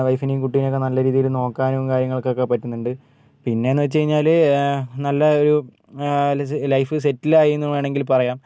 വൈഫിനേയും കുട്ടീനെയും ഒക്കെ നല്ല രീതിയിൽ നോക്കാനും കാര്യങ്ങൾക്കൊക്കെ പറ്റുന്നുണ്ട് പിന്നെ എന്ന് വെച്ചുകഴിഞ്ഞാൽ നല്ല ഒരു ല ലൈഫ് സെറ്റിൽ ആയി എന്ന് വേണമെങ്കിൽ പറയാം